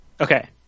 Okay